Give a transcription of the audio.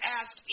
ask